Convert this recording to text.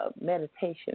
meditation